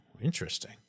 Interesting